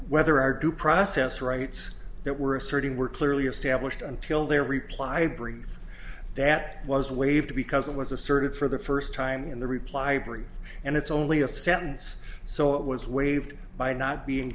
whether our due process rights that were asserting were clearly established until their reply brief that was waived because it was asserted for the first time in the reply brief and it's only a sentence so it was waived by not being